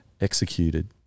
executed